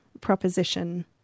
proposition